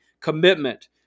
commitment